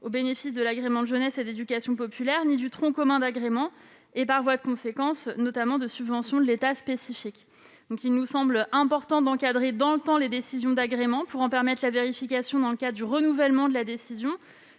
au bénéfice de l'agrément de jeunesse et d'éducation populaire, ni du tronc commun d'agrément et, par voie de conséquence, notamment de subventions de l'État spécifiques. Il nous semble important d'encadrer dans le temps les décisions d'agrément pour en permettre la vérification dans le cadre du renouvellement de la décision.